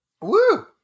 Woo